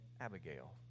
Abigail